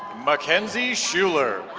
mackenzie schuller